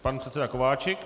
Pan předseda Kováčik.